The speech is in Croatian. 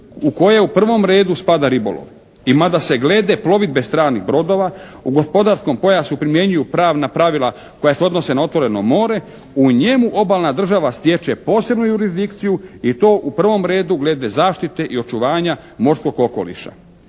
u koje u prvom redu spada ribolov i mada se glede plovidbe stranih brodova u gospodarskom pojasu primjenjuju pravna pravila koja se odnose na otvoreno more u njemu obalna država stječe posebnu jurisdikciju i to u prvom redu glede zaštite i očuvanja morskog okoliša.